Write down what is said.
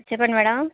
చెప్పండి మేడం